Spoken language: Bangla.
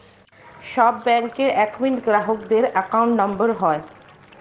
সব ব্যাঙ্কের একউন্ট গ্রাহকদের অ্যাকাউন্ট নম্বর হয়